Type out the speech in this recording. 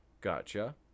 gotcha